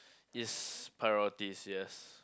is priorities yes